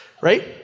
Right